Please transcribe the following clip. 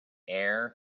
heir